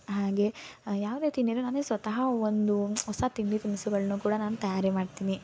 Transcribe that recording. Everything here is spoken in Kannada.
ಹಾಗೆ ಯಾವ ರೀತಿ ಅಂದರೆ ಸ್ವತಃ ಒಂದು ಹೊಸ ತಿಂಡಿ ತಿನಿಸುಗಳ್ನೂ ಕೂಡ ನಾನು ತಯಾರಿ ಮಾಡ್ತೀನಿ